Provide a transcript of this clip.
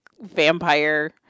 vampire